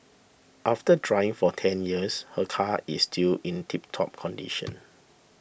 after driving for ten years her car is still in tiptop condition